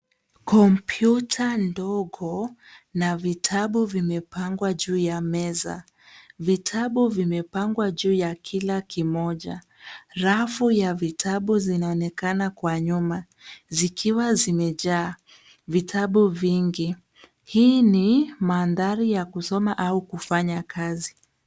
Kompyuta ndogo na vitabu vimepangwa juu ya meza. Vitabu vimepangwa juu ya kila kimoja. Rafu ya vitabu zinaonekana kwa nyuma zikiwa zimejaa vitabu vingi. Hii ni mandhari ya kusoma au kufanya kazi.